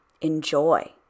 enjoy